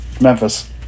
Memphis